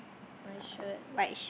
white shirt